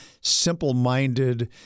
simple-minded